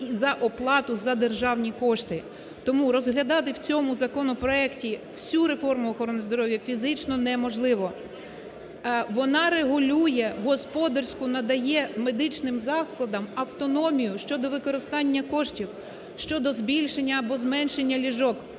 за оплату за державні кошти. Тому розглядати в цьому законопроекті всю реформу охорони здоров'я фізично неможливо. Вона регулює, господарську надає медичним закладам автономію щодо використання коштів, щодо збільшення або зменшення ліжок,